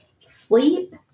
sleep